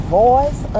voice